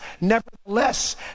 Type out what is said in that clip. Nevertheless